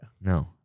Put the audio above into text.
no